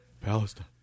Palestine